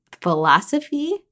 philosophy